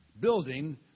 building